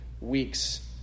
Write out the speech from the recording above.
weeks